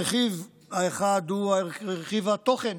הרכיב האחד הוא רכיב התוכן,